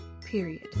period